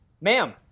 ma'am